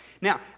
Now